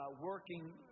working